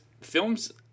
films